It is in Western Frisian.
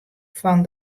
fan